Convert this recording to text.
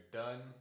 done